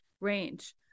range